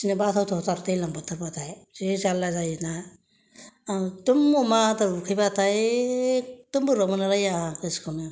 फिसिनो बाथावथावथार दैलां बोथोर बाथाय जि जारला जायोना एखदम अमा आदार उखैबाथाय एखदम बोरैबा मोनलाय लायो आंहा गोसोखौनो